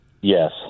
Yes